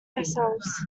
ourselves